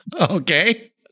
Okay